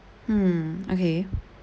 hmm okay